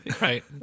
right